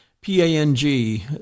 P-A-N-G